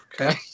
Okay